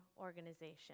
organization